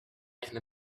and